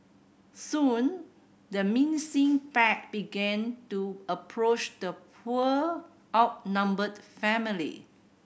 soon the menacing pack began to approach the poor outnumbered family